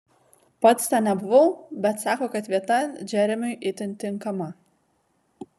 pats ten nebuvau bet sako kad vieta džeremiui itin tinkama